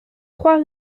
trois